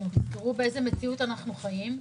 תזכרו באיזו מציאות אנחנו חיים.